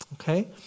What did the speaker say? Okay